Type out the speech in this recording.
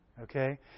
Okay